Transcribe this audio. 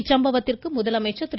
இச்சம்பவத்திற்கு முதலமைச்சா் திரு